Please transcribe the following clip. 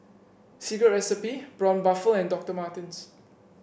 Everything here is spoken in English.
Secret Recipe Braun Buffel and Doctor Martens